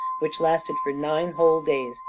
which lasted for nine whole days,